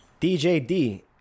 DJD